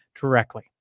directly